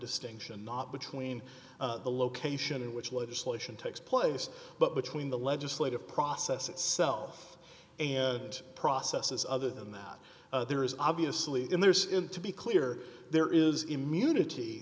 distinction not between the location in which legislation takes place but between the legislative process itself and processes other than that there is obviously in this in to be clear there is immunity